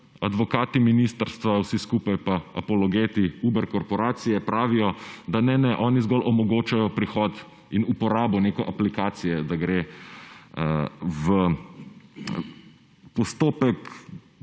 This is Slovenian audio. advokati ministrstva, vsi skupaj pa apologeti Uber korporacije pravijo, da ne, ne, oni zgolj omogočajo prihod in uporabo neke aplikacije, da gre v postopek